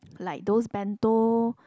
like those bento